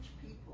people